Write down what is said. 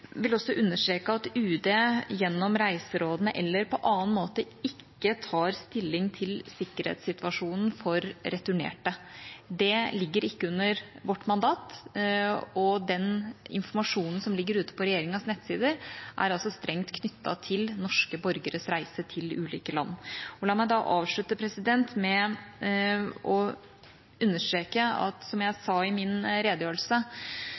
vil også understreke at UD gjennom reiserådene eller på annen måte ikke tar stilling til sikkerhetssituasjonen for returnerte. Det ligger ikke under vårt mandat, og den informasjonen som ligger ute på regjeringas nettsider, er altså strengt knyttet til norske borgeres reise til ulike land. La meg da avslutte med å understreke at som jeg sa i min redegjørelse,